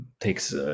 takes